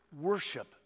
worship